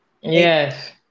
yes